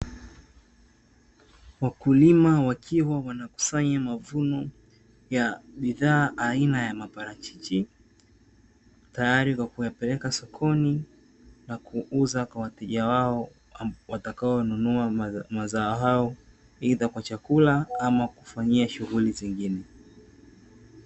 Wakulima wakiwa wanakusanya mavuno ya bidhaa aina ya maparachichi tayari kwa kuyapeleka sokoni na kuuza kwa wateja wao watakao nunua mazao hayo kwa chakula ama kufanyia shughuli nyingine.